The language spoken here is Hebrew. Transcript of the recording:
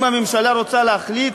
אם הממשלה רוצה להחליט,